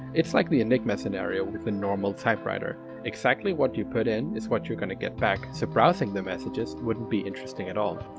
it's like the enigma scenario with the normal typewriter exactly what you put in is what you kind of get back, so browsing the messages wouldn't be interesting at all.